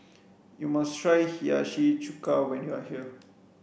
you must try Hiyashi Chuka when you are here